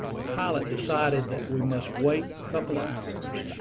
the pilot decided that we must wait a couple of hours.